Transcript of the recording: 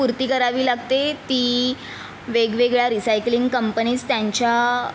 पूर्ती करावी लागते ती वेगवेगळ्या रिसायकलिंग कंपनीज् त्यांच्या